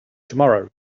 tomorrow